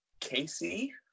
Casey